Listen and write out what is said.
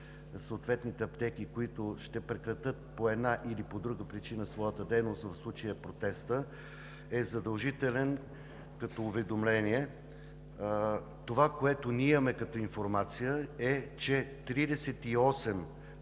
съответните аптеки, които ще прекратят по една или по друга причина своята дейност, в случая протеста, е задължително като уведомление. Информацията, която имаме, е, че 38 аптеки,